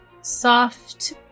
soft